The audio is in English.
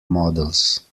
models